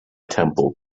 temple